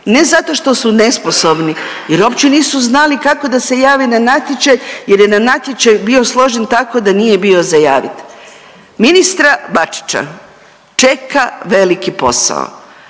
ne zato što su nesposobni jer uopće nisu znali kako da se jave na natječaj jer je natječaj bio složen tako da nije bio za javit. Ministra Bačića čeka veliki posao,